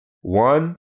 One